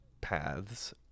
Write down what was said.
paths